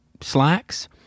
slacks